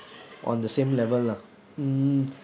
on the same level lah mm